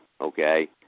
okay